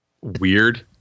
weird